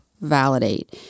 validate